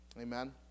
Amen